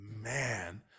Man